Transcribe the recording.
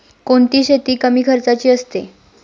कोणती शेती कमी खर्चाची असते?